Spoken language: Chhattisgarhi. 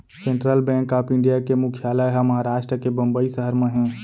सेंटरल बेंक ऑफ इंडिया के मुख्यालय ह महारास्ट के बंबई सहर म हे